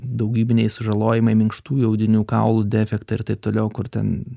daugybiniai sužalojimai minkštųjų audinių kaulų defektai ir taip toliau kur ten